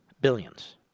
Billions